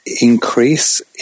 increase